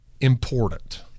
important